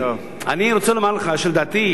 אני רוצה לומר לך שלדעתי,